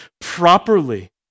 properly